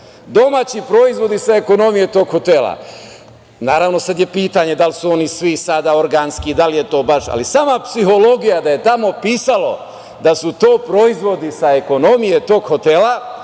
Domaći proizvodi sa ekonomije tog hotela. Naravno, sada je pitanje – da li su oni svi sada organski, da li je to baš, ali sama psihologija da je tamo pisalo da su to proizvodi sa ekonomije tog hotela,